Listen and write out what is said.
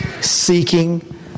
Seeking